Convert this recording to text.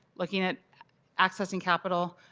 looking at accessing capital.